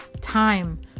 time